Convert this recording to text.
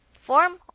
form